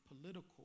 political